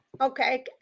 Okay